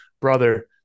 brother